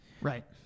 Right